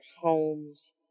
homes